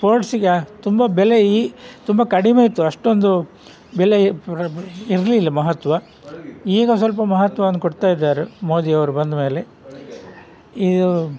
ಸ್ಪೋರ್ಟ್ಸಿಗೆ ತುಂಬ ಬೆಲೆಯಿ ತುಂಬ ಕಡಿಮೆಯಿತ್ತು ಅಷ್ಟೊಂದು ಬೆಲೆ ಇರಲಿಲ್ಲ ಮಹತ್ವ ಈಗ ಸ್ವಲ್ಪ ಮಹತ್ವವನ್ನ ಕೊಡ್ತಾಯಿದ್ದಾರೆ ಮೋದಿಯವರು ಬಂದ್ಮೇಲೆ ಈ